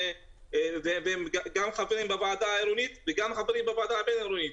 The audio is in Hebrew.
הם גם חברים בוועדה העירונית וגם חברים בוועדה הבין-עירונית